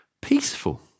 peaceful